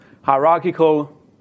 hierarchical